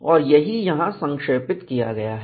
और यही यहां संक्षेपित किया गया है